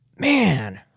Man